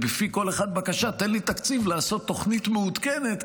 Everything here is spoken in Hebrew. בפי כל אחד בקשה: תן לי תקציב לעשות תוכנית מעודכנת,